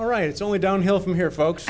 all right it's only downhill from here folks